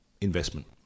investment